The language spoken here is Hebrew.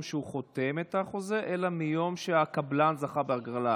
שהוא חתם על חוזה אלא מהיום שהקבלן זכה בהגרלה.